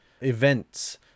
events